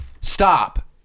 Stop